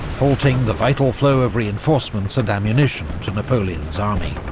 halting the vital flow of reinforcements and ammunition to napoleon's army.